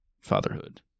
Fatherhood